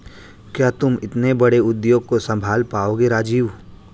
क्या तुम इतने बड़े उद्योग को संभाल पाओगे राजीव?